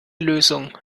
lösung